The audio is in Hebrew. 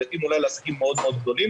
הוא יתאים אולי לעסקים מאוד מאוד גדולים,